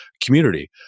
community